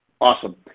Awesome